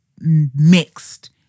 mixed